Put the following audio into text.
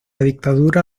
dictadura